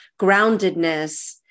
groundedness